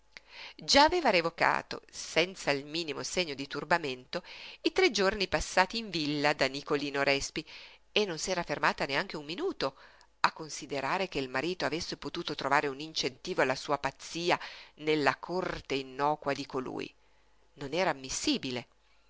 già aveva rievocato senza il minimo segno di turbamento i tre giorni passati in villa da nicolino respi e non s'era fermata neanche un minuto a considerare che il marito avesse potuto trovare un incentivo alla sua pazzia nella corte innocua di colui non era ammissibile